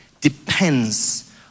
depends